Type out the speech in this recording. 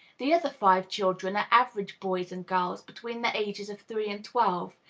the other five children are average boys and girls, between the ages of three and twelve,